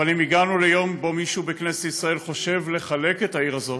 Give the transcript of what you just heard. אבל אם הגענו ליום שבו מישהו בכנסת ישראל חושב לחלק את העיר הזאת,